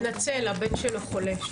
הוא התנצל, הבן שלו חולה.